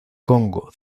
congo